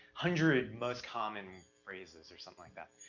hundred most common phrases or something like that,